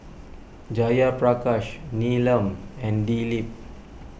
Jayaprakash Neelam and Dilip